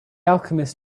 alchemist